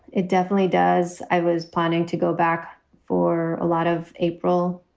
it definitely does. i was planning to go back for a lot of april.